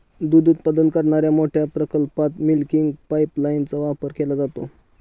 दूध उत्पादन करणाऱ्या मोठ्या प्रकल्पात मिल्किंग पाइपलाइनचा वापर केला जातो